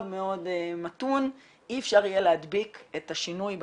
מאוד מתון אי אפשר יהיה להדביק את השינוי בצרכים,